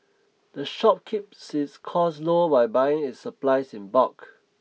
the shop keeps its costs low by buying its supplies in bulk